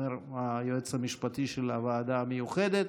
אומר היועץ המשפטי של הוועדה המיוחדת,